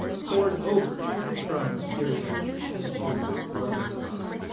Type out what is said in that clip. poured over from syria into northern iraq.